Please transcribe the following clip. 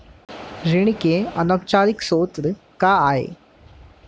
ऋण के अनौपचारिक स्रोत का आय?